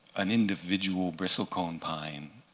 an individual bristlecone pine,